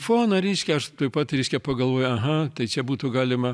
foną reiškia aš tuoj pat reiškia pagalvoju aha tai čia būtų galima